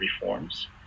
reforms